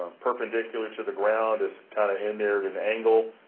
um perpendicular to the ground. it's kind of in there at an angle,